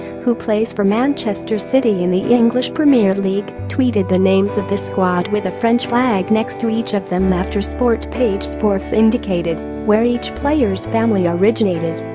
who plays for manchester city in the english premier league, tweeted the names of the squad with a french flag next to each of them after sport page sporf indicated where each player's family originated